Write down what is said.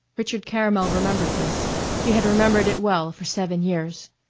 richard caramel remembered this he had remembered it well for seven years.